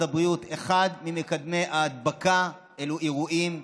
הבריאות אחד ממקדמי ההדבקה הוא אירועים,